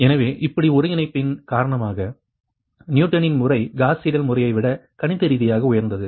எனவே இருபடி ஒருங்கிணைப்பின் காரணமாக நியூட்டனின் Newton's முறை காஸ் சீடல் முறையை விட கணித ரீதியாக உயர்ந்தது